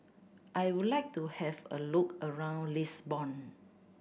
I would like to have a look around Lisbon